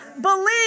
believe